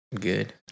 Good